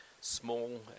small